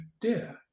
dear